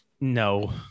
no